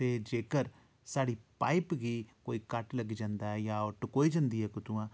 ते जेकर साढ़ी पाइप गी कोई कट लग्गी जंदा ऐ जां ओह् कोई टकोई जंदी ऐ कुतुआं